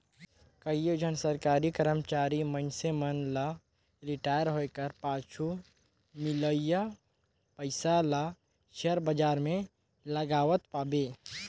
कइयो झन सरकारी करमचारी मइनसे मन ल रिटायर होए कर पाछू मिलोइया पइसा ल सेयर बजार में लगावत पाबे